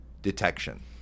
detection